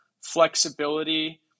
flexibility